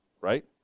right